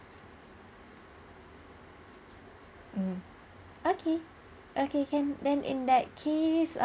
mm okay okay can then in that case err